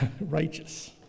righteous